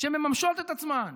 שמממשות את עצמן,